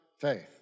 faith